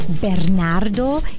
Bernardo